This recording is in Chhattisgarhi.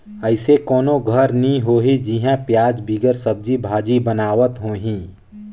अइसे कोनो घर नी होही जिहां पियाज बिगर सब्जी भाजी बनावत होहीं